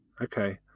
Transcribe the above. okay